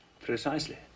Precisely